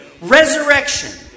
Resurrection